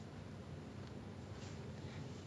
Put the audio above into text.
!wah! eh honestly sounds interesting ah